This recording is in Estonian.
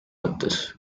mõttes